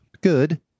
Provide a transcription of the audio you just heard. good